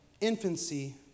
infancy